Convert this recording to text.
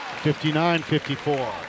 59-54